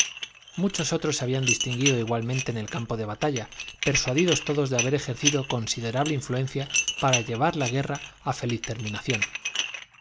muchos otros se habían distinguido igualmente en el campo de batalla persuadidos todos de haber ejercido considerable influencia para llevar la guerra a feliz terminación